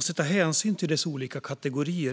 förslag ta hänsyn till dess olika kategorier.